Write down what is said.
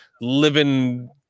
living